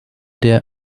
der